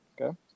Okay